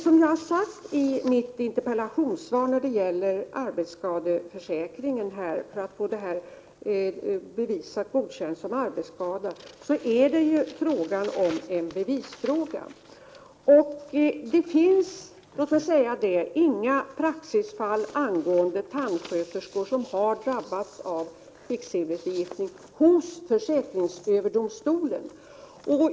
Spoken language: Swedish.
Som jag har sagt i mitt interpellationssvar gäller det att för att få något godkänt som arbetsskada enligt arbetsskadeförsäkringen framlägga bevis. Det finns hos försäkringsöverdomstolen ingen praxis när det gäller tandsköterskor som har drabbats av kvicksilverförgiftning.